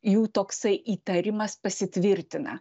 jų toksai įtarimas pasitvirtina